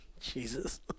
Jesus